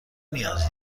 نیاز